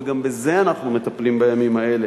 וגם בזה אנחנו מטפלים בימים האלה.